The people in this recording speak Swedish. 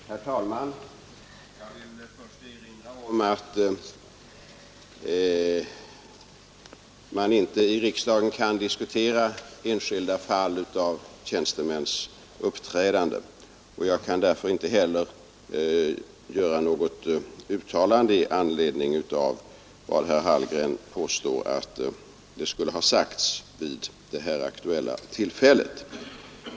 Herr talman! Jag vill först erinra om att man inte i riksdagen kan diskutera enskilda fall av tjänstemäns uppträdande. Jag kan därför inte heller göra något uttalande i anledning av vad herr Hallgren påstår att polismästaren skulle ha sagt vid det här aktuella tillfället.